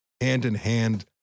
hand-in-hand